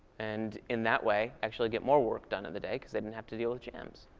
and in that way, actually get more work done on the day, because they didn't have to deal with jams.